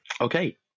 Okay